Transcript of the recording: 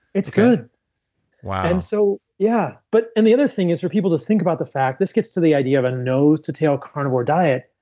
it's good wow and so yeah. but and the other thing is, for people to think about the fact, this gets to the idea of a nose to tail carnivore diet.